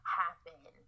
happen